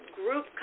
group